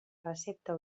recepta